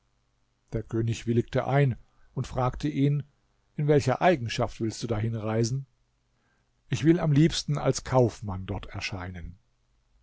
der könig willigte ein und fragte ihn in welcher eigenschaft willst du dahin reisen ich will am liebsten als kaufmann dort erscheinen